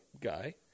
guy